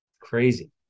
Crazy